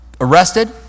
arrested